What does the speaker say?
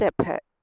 step